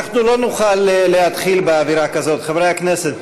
אנחנו לא נוכל להתחיל באווירה כזאת, חברי הכנסת.